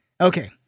Okay